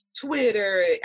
Twitter